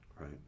Right